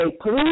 please